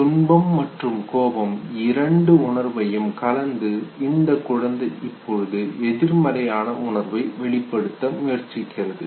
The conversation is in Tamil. துன்பம் மற்றும் கோபம் இரண்டும் உணர்வையும் கலந்து இந்த குழந்தை இப்பொழுது எதிர்மறை உணர்வை வெளிப்படுத்த முயற்சிக்கிறது